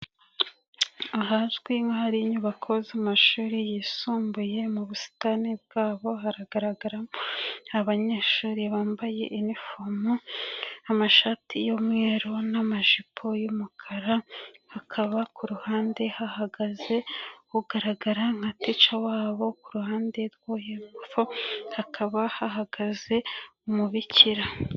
Ahazwi nk'hari inyubako z'amashuri yisumbuye mu busitani bwabo haragaragaramo abanyeshuri bambaye inifomu, amashati y'umweru n'amajipo y'umukara, hakaba ku ruhande hahagaze ugaragara nka tica wabo, ku ruhande rwo hepfo hakaba hahagaze umubikira.